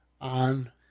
on